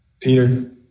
Peter